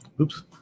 Oops